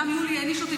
אומנם יולי העניש אותי,